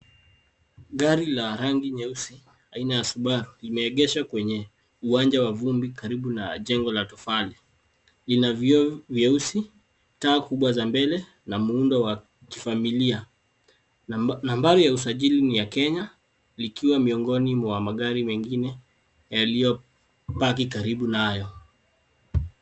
Gari la rangi nyeusi aina ya Subaru imeegeshwa kwenye uwanja wa vumbi karibu na jengo la tofali, ina vyoo vyeusi, taa kubwa za mbele na muundo wa kifamilia nambari ya usajili ni ya Kenya likiwa miongoni mwa magari mengine yaliyopaki karibu nayo.